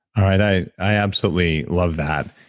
i i absolutely love that,